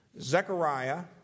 Zechariah